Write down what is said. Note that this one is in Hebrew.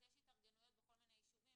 אז יש התארגנויות בכל מיני יישובים